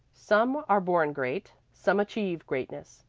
some are born great, some achieve greatness,